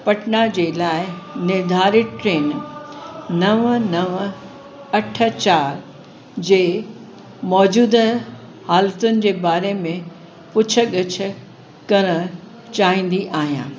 पटना जे लाइ नोर्धारित ट्रेन नव नव अठ चारि जे मौजूदा हालतुन जे बारे में पुछ गछ करणु चाहींदी आहियां